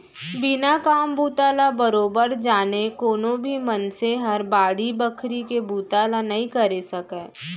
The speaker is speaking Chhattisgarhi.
बिना काम बूता ल बरोबर जाने कोनो भी मनसे हर बाड़ी बखरी के बुता ल नइ करे सकय